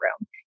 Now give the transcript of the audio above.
room